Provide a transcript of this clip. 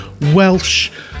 welsh